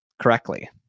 correctly